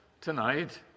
tonight